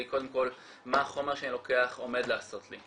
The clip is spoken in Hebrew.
קודם כל מה החומר שאני לוקח עומד לעשות לי.